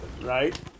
right